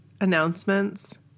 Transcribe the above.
announcements